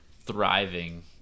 thriving